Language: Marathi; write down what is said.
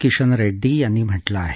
किशन रेड्डी यांनी म्हटलं आहे